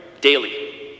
daily